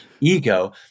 ego